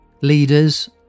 leaders